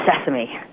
sesame